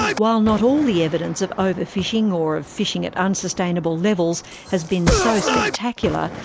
while not all the evidence of over-fishing or of fishing at unsustainable levels has been so spectacular,